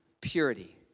purity